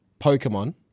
pokemon